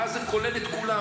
ואז זה כולל את כולם,